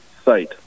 site